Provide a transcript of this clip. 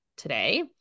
today